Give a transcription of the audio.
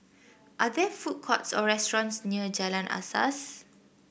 are there food courts or restaurants near Jalan Asas